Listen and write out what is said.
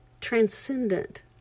transcendent